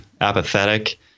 apathetic